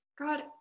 God